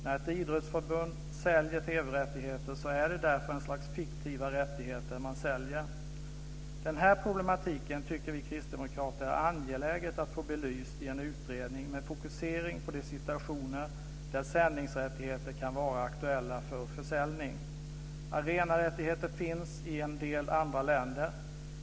När ett idrottsförbund säljer TV-rättigheter är det därför ett slags fiktiva rättigheter man säljer. Vi kristdemokrater tycker att det är angeläget att få det här problemet belyst i en utredning med fokusering på de situationer där sändningsrättigheter kan vara aktuella för försäljning. Arenarättigheter finns i en del andra länder.